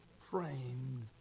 framed